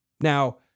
Now